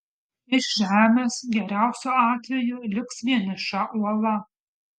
iš žemės geriausiu atveju liks vieniša uola